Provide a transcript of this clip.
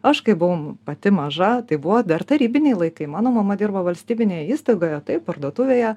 aš kai buvau pati maža tai buvo dar tarybiniai laikai mano mama dirbo valstybinėj įstaigoje tai parduotuvėje